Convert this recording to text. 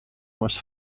was